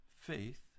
faith